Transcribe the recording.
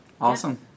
Awesome